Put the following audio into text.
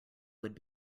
would